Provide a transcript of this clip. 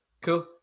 Cool